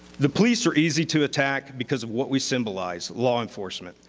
the police are easy to attack because of what we symbolize, law enforcement.